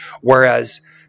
whereas